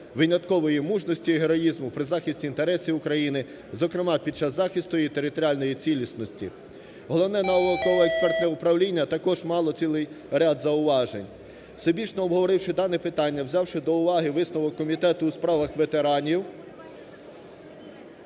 виняткової мужності, героїзму при захисті інтересів України, зокрема під час захисту її територіальної цілісності. Головне науково-експертне управління також мало цілий ряд зауважень. Всебічно обговоривши дане питання, взявши до уваги висновок Комітету у справах ветеранів,